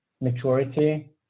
maturity